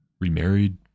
remarried